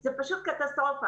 זו פשוט קטסטרופה,